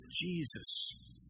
Jesus